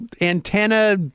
antenna